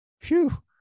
Phew